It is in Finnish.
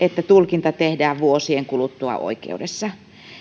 tulkinta tehdään vuosien kuluttua oikeudessa